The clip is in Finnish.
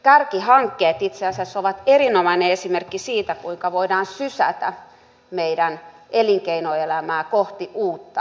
kärkihankkeet itse asiassa ovat erinomainen esimerkki siitä kuinka voidaan sysätä meidän elinkeinoelämämme kohti uutta